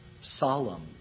solemn